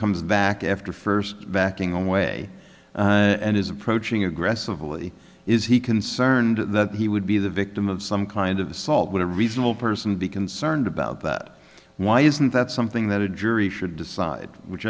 comes back after first backing away and is approaching aggressively is he concerned that he would be the victim of some kind of assault with a reasonable person be concerned about that why isn't that something that a jury should decide